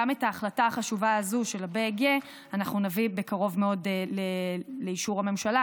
גם את ההחלטה החשובה הזאת של BEG אנחנו נביא בקרוב מאוד לאישור הממשלה.